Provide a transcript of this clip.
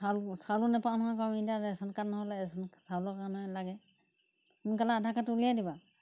চাউল চাউলো নাপাওঁ নহয় আকৌ আমি এতিয়া ৰেচন কাৰ্ড নহ'লে ৰেচন চাউলৰ কাৰণে লাগে সোনকালে আধা কাৰ্ডটো উলিয়াই দিবা